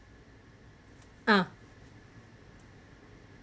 ah